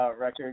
record